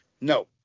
no